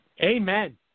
Amen